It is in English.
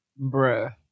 Bruh